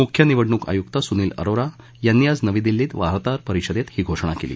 म्ख्य निवडणूक आय्क्त सूनील अरोरा यांनी आज नवी दिल्लीत वार्ताहर परिषदेत ही घोषणा केली